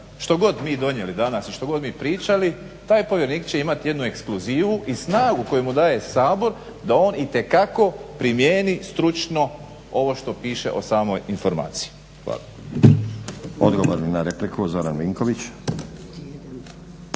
što god mi donijeli danas i što god mi pričali ta povjerenik će imat jednu ekskluzivu i snagu koju mu daje Sabor da on itekako primijeni stručno ovo što piše o samoj informaciji. Hvala. **Stazić, Nenad (SDP)** Odgovor na repliku, Zoran Vinković.